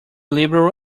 liberal